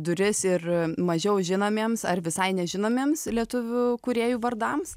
duris ir mažiau žinomiems ar visai nežinomiems lietuvių kūrėjų vardams